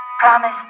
Promise